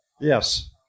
Yes